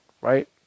right